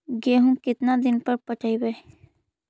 गेहूं केतना दिन पर पटइबै?